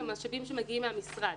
הם המשאבים שמגיעים מהמשרד.